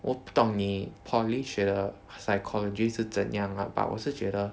我不懂你 poly 学的 psychology 是怎样 lah but 我是觉得